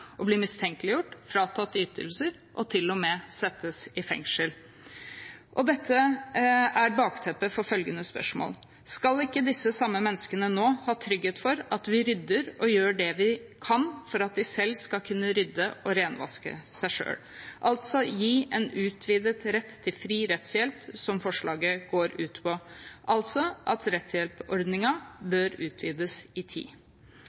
bli mistenkeliggjort, fratatt ytelser og til og med satt i fengsel. Dette er bakteppet for følgende spørsmål: Skal ikke de samme menneskene nå ha trygghet for at vi rydder og gjør det vi kan for at de skal kunne rydde opp og renvaske seg selv? – altså gi en utvidet rett til fri rettshjelp, som forslaget går ut på, og altså at rettshjelpsordningen bør utvides i tid.